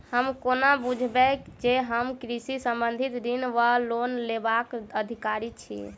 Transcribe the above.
हम कोना बुझबै जे हम कृषि संबंधित ऋण वा लोन लेबाक अधिकारी छी?